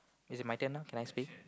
is it my turn now can I speak